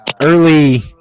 early